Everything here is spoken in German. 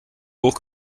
hoch